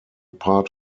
part